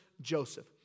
Joseph